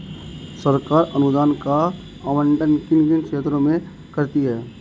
सरकार अनुदान का आवंटन किन किन क्षेत्रों में करती है?